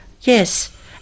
yes